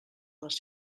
les